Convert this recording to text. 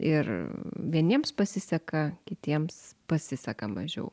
ir vieniems pasiseka kitiems pasiseka mažiau